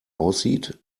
aussieht